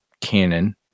Canon